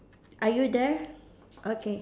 are you there okay